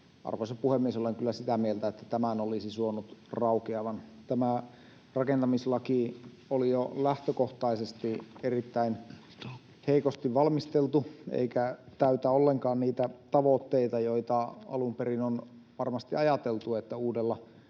Arvoisa puhemies, olen kyllä sitä mieltä, että tämän olisi suonut raukeavan. Tämä rakentamislaki oli jo lähtökohtaisesti erittäin heikosti valmisteltu eikä täytä ollenkaan niitä tavoitteita, joita alun perin on varmasti ajateltu, että uudella